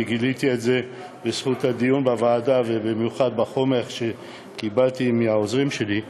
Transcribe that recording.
גיליתי את זה בזכות הדיון בוועדה ובמיוחד בחומר שקיבלתי מהעוזרים שלי,